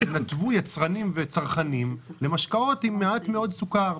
תנתבו יצרנים וצרכנים למשקאות עם מעט מאוד סוכר.